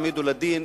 העמידו אותו לדין,